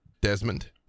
Desmond